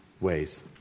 ways